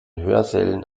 hörsälen